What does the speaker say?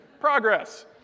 progress